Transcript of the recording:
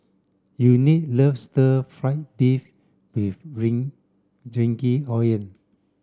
Unique loves stir fry beef with